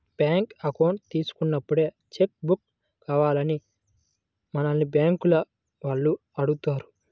bank account తీసుకున్నప్పుడే cheque book కావాలా అని మనల్ని బ్యేంకుల వాళ్ళు అడుగుతారు